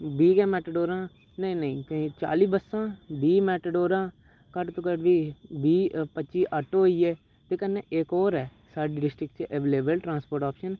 बीह् गै मेटाडोरां नेईं नेईं केईं चाली बस्सां बीह् मेटाडोरां घट्ट तो घट्ट बी बीह् पच्ची आटो होई गे ते कन्नै इक होर ऐ साढ़ी डिस्ट्रिक्ट च अवेलबल ट्रांसपोर्ट ऑप्शन